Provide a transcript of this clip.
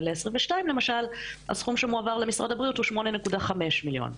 ול-2022 למשל הסכום שמועבר למשרד הבריאות הוא 8.5 מיליון.